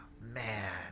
Man